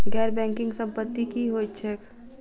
गैर बैंकिंग संपति की होइत छैक?